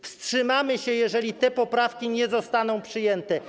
Wstrzymamy się, jeżeli te poprawki nie zostaną przyjęte.